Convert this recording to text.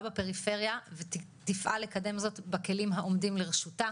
בפריפריה ותפעל לקדם זאת בכלים העומדים לרשותה,